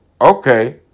Okay